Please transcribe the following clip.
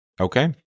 Okay